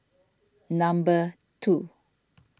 number two